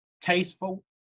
tasteful